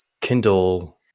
Kindle